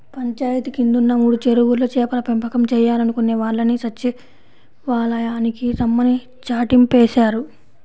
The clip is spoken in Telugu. పంచాయితీ కిందున్న మూడు చెరువుల్లో చేపల పెంపకం చేయాలనుకునే వాళ్ళని సచ్చివాలయానికి రమ్మని చాటింపేశారు